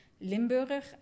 Limburg